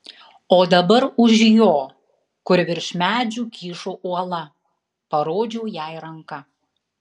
o dabar už jo kur virš medžių kyšo uola parodžiau jai ranka